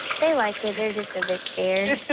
they like it, they're just a bit scared.